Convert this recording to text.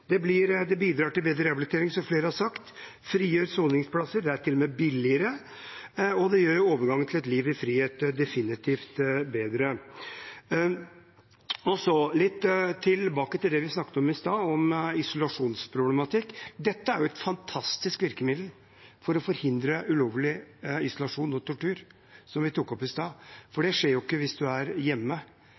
Det bidrar til bedre rehabilitering, som flere har sagt, det frigjør soningsplasser, det er til og med billigere, og det gjør overgangen til et liv i frihet definitivt bedre. Så litt tilbake til det vi snakket om i stad: isolasjonsproblematikk. Dette er jo et fantastisk virkemiddel for å forhindre ulovlig isolasjon og tortur, som vi tok opp i stad, for det skjer ikke hvis du er hjemme.